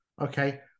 okay